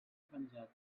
penjat